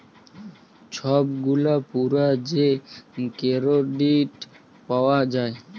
ছব গুলা পুরা যে কেরডিট পাউয়া যায়